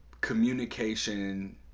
communication